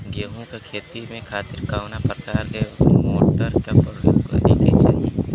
गेहूँ के खेती के खातिर कवना प्रकार के मोटर के प्रयोग करे के चाही?